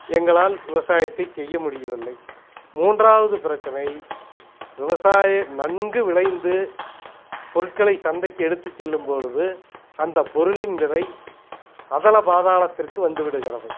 எங்களால் விவசாயத்தைச் செய்ய முடியவில்லை மூன்றாவது பிரச்சினை விவசாய நன்கு விளைந்து பொருட்களை சந்தைக்கு எடுத்துச் செல்லும் பொழுது அந்தப் பொருளின் விலை அதல பாதாளத்திற்கு வந்துவிடுகிறது